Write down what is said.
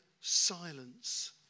silence